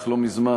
אך לא מזמן,